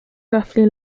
roughly